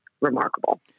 remarkable